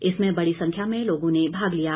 इसमें बड़ी संख्या में लोगों ने भाग लिया